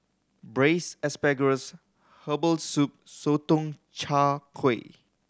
Braised Asparagus herbal soup Sotong Char Kway